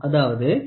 அதாவது 0